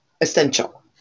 essential